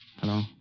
Hello